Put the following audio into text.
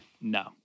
No